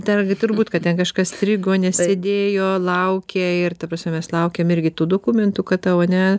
dar turbūt kad ten kažkas strigo nes sėdėjo laukė ir ta prasme mes laukėm irgi tų dokumentų kad tau ane